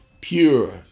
pure